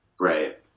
Right